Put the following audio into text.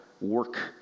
work